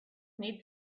need